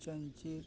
ᱪᱟᱹᱧᱪᱤᱨ